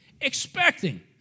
Expecting